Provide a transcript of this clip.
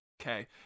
Okay